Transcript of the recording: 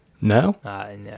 no